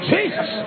Jesus